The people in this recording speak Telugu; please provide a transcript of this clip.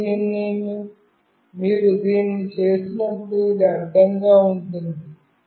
మరియు మీరు దీన్ని చేసినప్పుడు అది అడ్డంగా ఉంటుంది